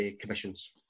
commissions